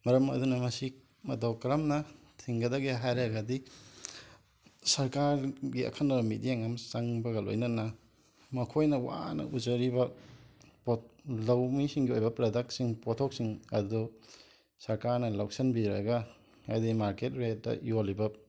ꯃꯔꯝ ꯑꯗꯨꯅ ꯉꯁꯤ ꯃꯇꯧ ꯀꯔꯝꯅ ꯊꯤꯡꯒꯗꯒꯦ ꯍꯥꯏꯔꯒꯗꯤ ꯁꯔꯀꯥꯔꯒꯤ ꯑꯈꯟꯅꯕ ꯃꯤꯠꯌꯦꯡ ꯑꯃ ꯆꯪꯕꯒ ꯂꯣꯏꯅꯅ ꯃꯈꯣꯏꯅ ꯋꯥꯅ ꯎꯖꯔꯤꯕ ꯄꯣꯠ ꯂꯧꯃꯤꯁꯤꯡꯒꯤ ꯑꯣꯏꯕ ꯄ꯭ꯔꯗꯛꯁꯤꯡ ꯄꯣꯠꯊꯣꯛꯁꯤꯡ ꯑꯗꯨ ꯁꯔꯀꯥꯔꯅ ꯂꯧꯁꯤꯟꯕꯤꯔꯒ ꯍꯥꯏꯗꯤ ꯃꯥꯔꯀꯦꯠ ꯔꯦꯠꯇ ꯌꯣꯟꯂꯤꯕ